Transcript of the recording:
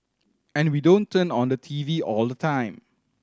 and we don't turn on the T V all the time